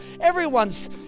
Everyone's